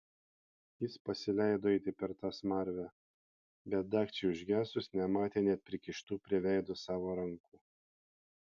jis pasileido eiti per tą smarvę bet dagčiai užgesus nematė net prikištų prie veido savo rankų